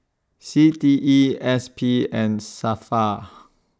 C T E S P and SAFRA